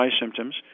symptoms